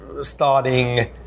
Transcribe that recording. starting